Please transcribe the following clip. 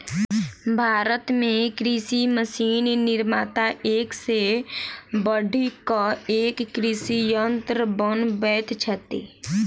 भारत मे कृषि मशीन निर्माता एक सॅ बढ़ि क एक कृषि यंत्र बनबैत छथि